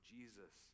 Jesus